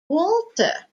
walter